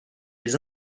les